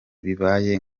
bibaye